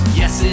yes